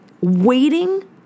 waiting